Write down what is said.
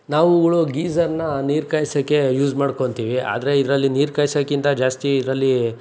ನಾವುಗಳು ಗೀಝರ್ನ ನೀರು ಕಾಯ್ಸೋಕೆ ಯೂಸ್ ಮಾಡ್ಕೋತೀವಿ ಆದರೆ ಇದರಲ್ಲಿ ನೀರು ಕಾಯ್ಸೋಕ್ಕಿಂತ ಜಾಸ್ತಿ ಇದರಲ್ಲಿ